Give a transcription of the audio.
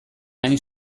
hain